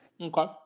Okay